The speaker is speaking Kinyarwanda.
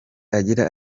agira